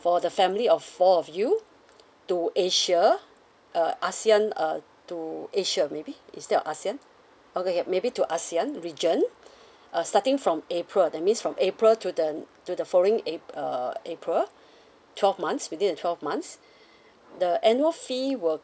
for the family of four of you to asia uh ASEAN uh to asia maybe instead of ASEAN okay uh maybe to ASEAN region uh starting from april that means from april to the to the following ap~ uh april twelve months within the twelve months the annual fee will